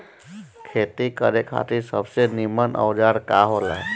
खेती करे खातिर सबसे नीमन औजार का हो ला?